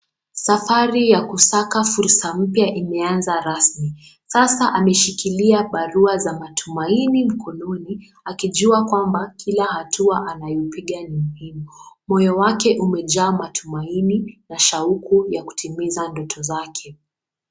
Safari ya kusaka fursa mpya imeanza rasmi, sasa ameshikilia barua za matumaini mkononi akijua kwamba kila hatua anayopiga ni muhimu. Moyo wake umejaa matumaini na shauku ya kutimiza ndoto zake.